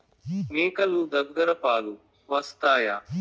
మేక లు దగ్గర పాలు వస్తాయా?